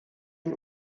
die